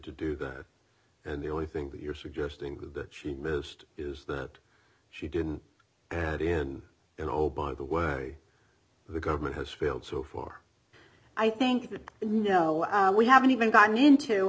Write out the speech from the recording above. to do that and the only thing that you're suggesting that she missed is that she didn't and in an obama the way the government has failed so far i think that you know we haven't even gotten into